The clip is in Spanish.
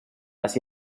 las